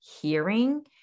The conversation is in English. hearing